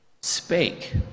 spake